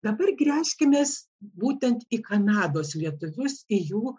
dabar gręžkimės būtent į kanados lietuvius į jų